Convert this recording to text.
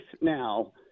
now